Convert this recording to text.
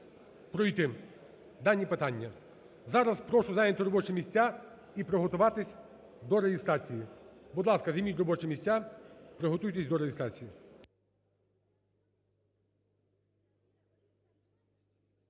пройти дані питання. Зараз прошу зайняти робочі місця і приготуватися до реєстрації. Будь ласка, займіть робочі місця, приготуйтеся до реєстрації.